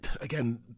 again